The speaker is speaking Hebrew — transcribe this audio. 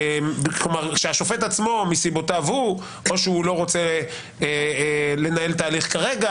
כלומר שהשופט עצמו מסיבותיו הוא או שהוא לא רוצה לנהל את ההליך כרגע,